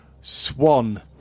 Swan